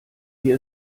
wir